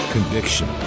Conviction